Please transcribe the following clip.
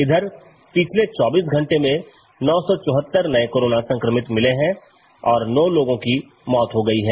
इधर पिछले चौबीस घंटे में नौ सौ चौहत्तर नए कोरोना संक्रमित मिले हैं और नौ लोगों की मौत हो गई है